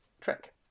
trick